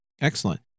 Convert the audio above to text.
Excellent